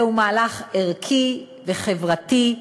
זהו מהלך ערכי וחברתי,